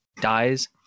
dies